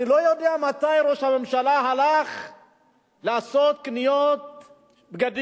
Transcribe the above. אני לא יודע מתי ראש הממשלה הלך לקנות בגדים,